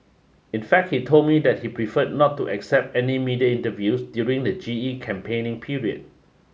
in fact he told me that he preferred not to accept any media interviews during the G E campaigning period